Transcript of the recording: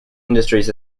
industries